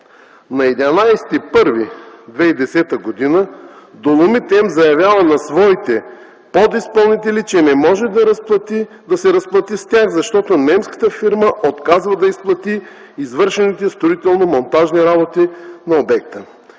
На 11 януари 2010 г. „Доломит М” заявява на своите подизпълнители, че не може да се разплати с тях, защото немската фирма отказва да изплати извършените строително-монтажни работи на обекта.